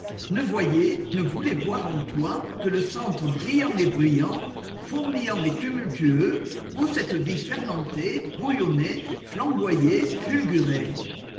régions de france voir en toi que le centre brillant et bruyant fourmillant et tumultueux oii cette vie fermentait bouillonnait flamboyait fulgurait